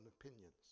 opinions